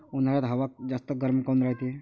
उन्हाळ्यात हवा जास्त गरम काऊन रायते?